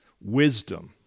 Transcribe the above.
wisdom